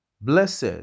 blessed